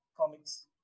Comics